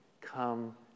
come